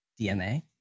DNA